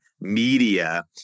media